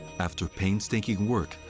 after painstaking work,